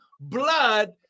blood